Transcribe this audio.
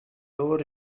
lower